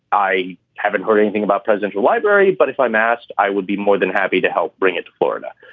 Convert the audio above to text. i haven't heard anything about presidential library. but if i'm asked, i would be more than happy to help bring it to florida.